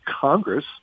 Congress